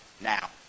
now